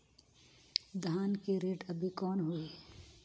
धान के रेट अभी कौन होही?